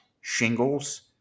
shingles